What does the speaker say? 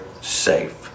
safe